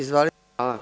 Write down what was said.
Izvolite.